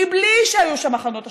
בלי שהיו שם מחנות השמדה.